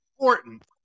important